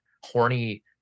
horny